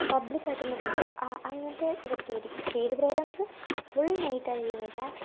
പബ്ലിക്കായിട്ട് നിന്ന് കളിക്കുക അങ്ങനെത്തെ ഇതൊക്കെയായിരിക്കും സ്റ്റേജ് പ്രോഗ്രാംസ് ഫുൾ നെറ്റായിരിക്കും വരിക